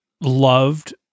loved